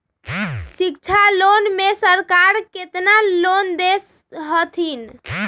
शिक्षा लोन में सरकार केतना लोन दे हथिन?